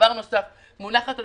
בנוסף, מונחת על